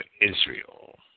Israel